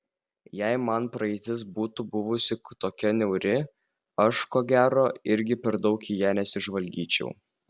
jei mano praeitis būtų buvusi tokia niauri aš ko gero irgi per daug į ją nesižvalgyčiau